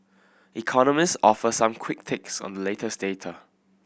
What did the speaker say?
economist offer some quick takes on the latest data